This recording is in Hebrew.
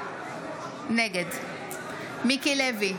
נגד מיקי לוי,